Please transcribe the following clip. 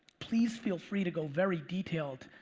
please feel free to go very detailed.